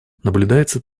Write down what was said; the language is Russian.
наблюдается